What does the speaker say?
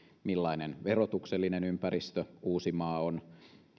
millainen verotuksellinen ympäristö uusi maa on